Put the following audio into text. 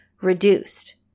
reduced